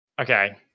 Okay